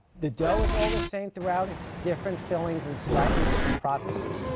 the dough is all the same throughout. it's different fillings and slightly different processes.